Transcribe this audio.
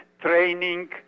training